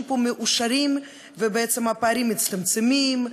פה מאושרים ובעצם הפערים מצטמצמים.